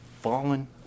fallen